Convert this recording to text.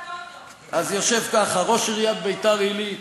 אז יושב ככה: ראש עיריית ביתר-עילית,